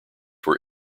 were